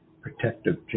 protective